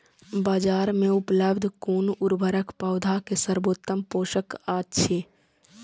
बाजार में उपलब्ध कुन उर्वरक पौधा के सर्वोत्तम पोषक अछि?